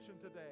today